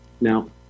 Now